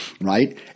right